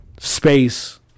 space